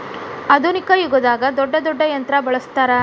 ಆದುನಿಕ ಯುಗದಾಗ ದೊಡ್ಡ ದೊಡ್ಡ ಯಂತ್ರಾ ಬಳಸ್ತಾರ